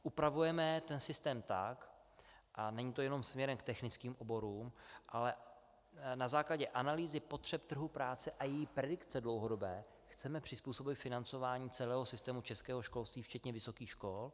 Upravujeme ten systém tak, a není to jenom směrem k technickým oborům, ale na základě analýzy potřeb trhu práce a její dlouhodobé predikce chceme přizpůsobit financování celého systému českého školství včetně vysokých škol.